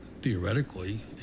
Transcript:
theoretically